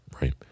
right